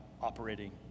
operating